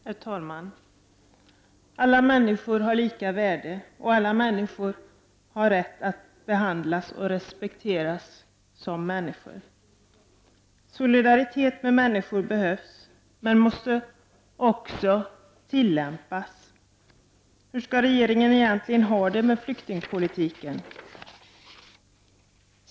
Herr talman! Alla människor har lika värde, och alla har rätt att bli behandlade och respekterade som människor. Solidariteten med människor behövs. Men den måste också tillämpas! Hur skall regeringen egentligen ha det i fråga om flyktingpolitiken?